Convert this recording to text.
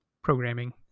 Programming